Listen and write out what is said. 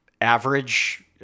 average